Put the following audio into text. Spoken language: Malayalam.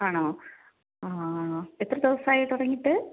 ആണോ ആ എത്ര ദിവസമായി തുടങ്ങിയിട്ട്